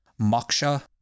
Moksha